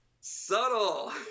Subtle